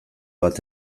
bat